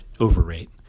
overrate